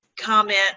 comment